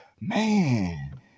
Man